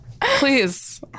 Please